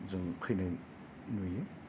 जोङो फैनाय नुयो